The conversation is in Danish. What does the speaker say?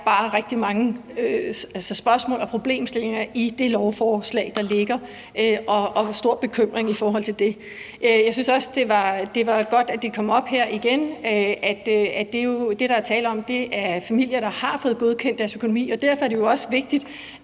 bare rigtig mange spørgsmål og problemstillinger i det lovforslag, der ligger, og der er store bekymringer i forhold til det. Jeg synes også, det var godt, at det kom op her igen, at det, der er tale om, er familier, der har fået godkendt deres økonomi, og derfor er det også vigtigt,